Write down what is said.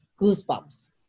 goosebumps